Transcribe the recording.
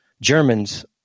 Germans